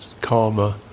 karma